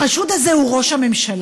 החשוד הזה הוא ראש הממשלה,